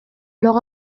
blog